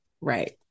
Right